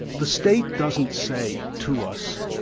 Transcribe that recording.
the state doesn't say to us,